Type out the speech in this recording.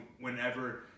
whenever